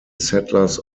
settlers